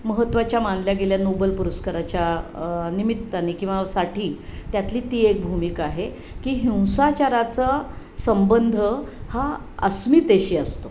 महत्त्वाच्या मानल्या गेल्या नोबल पुरस्काराच्या निमित्ताने किंवा साठी त्यातली ती एक भूमिका आहे की हिंसाचाराचा संबंध हा अस्मितेशी असतो